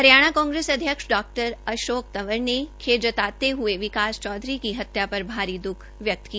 Haryana Congress अध्यक्ष डॉ॰ अशोक तंवर ने भी खेद जताते हुए विकास चौधरी की हत्या पर भारी दुख व्यक्त किया